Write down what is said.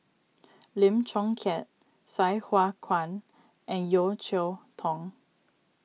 Lim Chong Keat Sai Hua Kuan and Yeo Cheow Tong